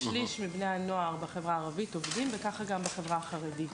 שליש מבני הנוער בחברה הערבית עובדים וככה גם בחברה החרדית.